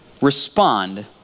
respond